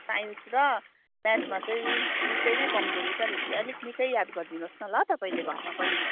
science र म्याथमा चाहिँ निकै नै कमजोरी छ अलिक निकै याद गरिदिनु होस् न ल तपाईँले घरमा पनि